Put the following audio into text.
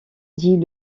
dit